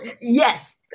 Yes